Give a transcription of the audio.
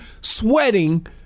sweating